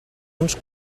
uns